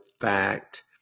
fact